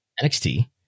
NXT